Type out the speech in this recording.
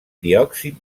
diòxid